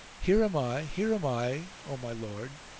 here am i! here am i! o my lord,